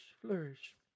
flourish